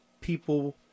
people